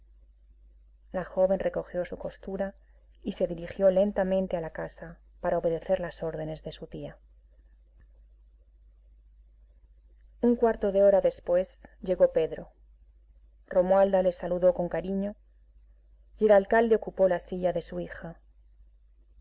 la joven recogió su costura y se dirigió lentamente a la casa para obedecer las órdenes de su tía un cuarto de hora después llegó pedro romualda le saludó con cariño y el alcalde ocupó la silla de su hija